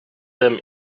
them